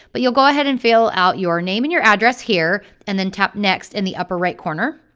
but you'll go ahead and fill out your name and your address here, and then tap next in the upper-right corner,